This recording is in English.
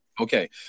Okay